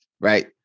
right